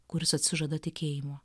kuris atsižada tikėjimo